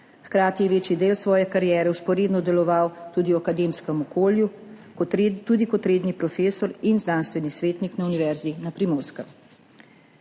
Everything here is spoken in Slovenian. hkrati je večidel svoje kariere vzporedno deloval tudi v akademskem okolju, tudi kot redni profesor in znanstveni svetnik na Univerzi na Primorskem.